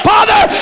Father